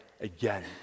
again